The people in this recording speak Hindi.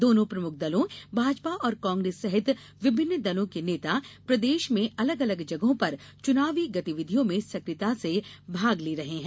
दोनों प्रमुख दलों भाजपा और कांग्रेस सहित विभिन्न दलों के नेता प्रदेश में अलग अलग जगहों पर चुनाव गतिविधियों में सक्रियता से भाग ले रहे है